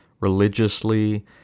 religiously